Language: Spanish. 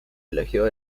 elogió